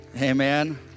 Amen